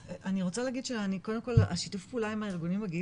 אז רוצה להגיד שהשיתוף פעולה עם הארגונים הגאים